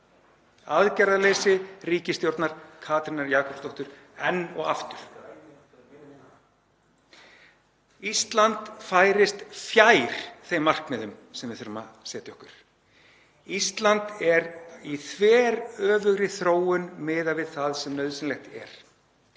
Aðgerðaleysi ríkisstjórnar Katrínar Jakobsdóttur enn og aftur. Ísland færist fjær þeim markmiðum sem við þurfum að setja okkur. Ísland er í þveröfugri þróun miðað við það sem nauðsynlegt er.